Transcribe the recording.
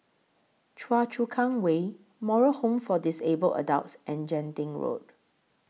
Choa Chu Kang Way Moral Home For Disabled Adults and Genting Road